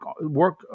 work